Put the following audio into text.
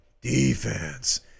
Defense